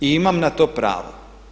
I imam na to pravo.